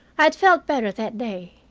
had felt better that day.